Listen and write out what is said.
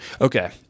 okay